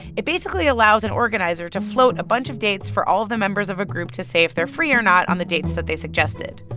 it basically allows an organizer to float a bunch of dates for all of the members of a group to say if they're free or not on the dates that they suggested.